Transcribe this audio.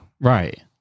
Right